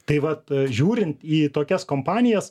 tai vat žiūrint į tokias kompanijas